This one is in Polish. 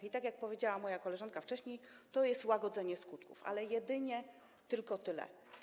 I tak jak powiedziała moja koleżanka wcześniej, to jest łagodzenie skutków, ale jedynie tylko tyle.